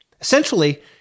Essentially